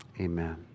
amen